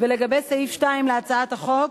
ולגבי סעיף 2 להצעת החוק,